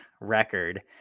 record